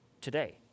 today